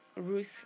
Ruth